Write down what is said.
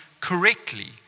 correctly